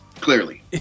clearly